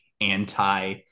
anti